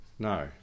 No